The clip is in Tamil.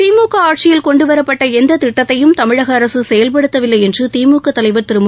திமுக ஆட்சியில் கொண்டு வரப்பட்ட எந்த திட்டத்தையும் தமிழக அரசு செயல்படுத்தவில்லை என்று தலைவர் கூறியிருக்கிறார்